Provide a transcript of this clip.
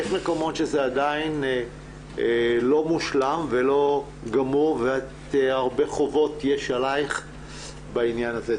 יש מקומות שזה עדיין לא מושלם ולא גמור והרבה חובות יש עליך בעניין הזה.